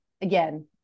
again